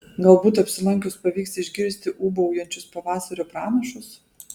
galbūt apsilankius pavyks išgirsti ūbaujančius pavasario pranašus